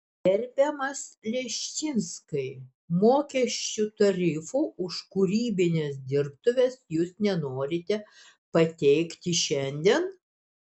gerbiamas leščinskai mokesčių tarifų už kūrybines dirbtuves jūs nenorite pateikti šiandien